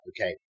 Okay